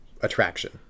attraction